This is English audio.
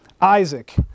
Isaac